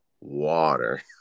water